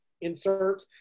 insert